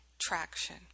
traction